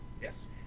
Yes